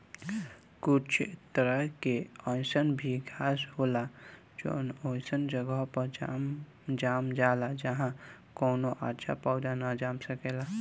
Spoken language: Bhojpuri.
कुछ तरह के अईसन भी घास होला जवन ओइसन जगह पर जाम जाला जाहा कवनो अच्छा पौधा ना जाम सकेला